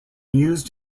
used